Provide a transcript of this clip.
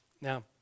Now